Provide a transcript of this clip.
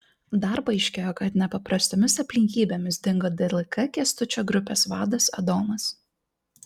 dar paaiškėjo kad nepaprastomis aplinkybėmis dingo dlk kęstučio grupės vadas adomas